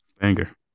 anger